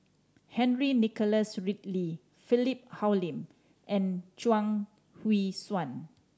Henry Nicholas Ridley Philip Hoalim and Chuang Hui Tsuan